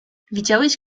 widziałeś